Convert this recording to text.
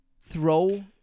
throw